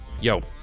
Yo